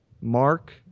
Mark